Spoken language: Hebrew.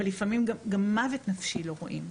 אבל לפעמים גם מוות נפשי לא רואים.